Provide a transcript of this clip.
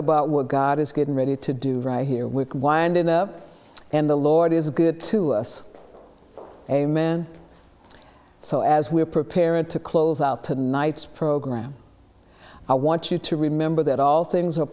about what god is getting ready to do right here we're winding up and the lord is good to us amen so as we're prepared to close out tonight's program i want you to remember that all things are